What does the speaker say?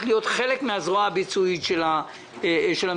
להיות חלק מהזרוע הביצועית של ממשלה,